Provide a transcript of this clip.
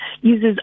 uses